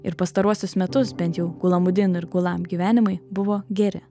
ir pastaruosius metus bent jau gulamudin ir gulam gyvenimai buvo geri